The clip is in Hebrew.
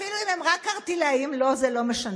אפילו אם הם רק ערטילאיים, לא, זה לא משנה.